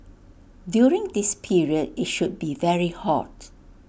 during this period IT should be very hot